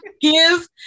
give